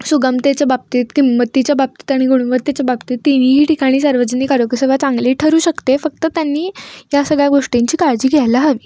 सुगमतेच्या बाबतीत किंमतीच्या बाबतीत आणि गुणवत्तेच्या बाबतीत तिन्ही ठिकाणी सार्वजनिक आरोग्यसेवा चांगली ठरू शकते फक्त त्यांनी या सगळ्या गोष्टींची काळजी घ्यायला हवी